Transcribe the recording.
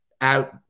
out